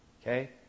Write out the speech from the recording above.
Okay